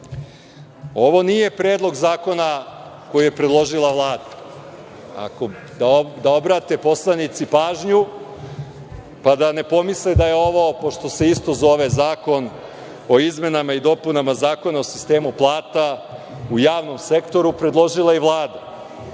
Ovo nije predlog zakona koji je predložila Vlada. Neka poslanici obrate pažnju, pa da ne pomisle da je ovo, pošto se isto zove zakon o izmenama i dopunama Zakona o sistemu plata u javnom sektoru, predložila Vlada.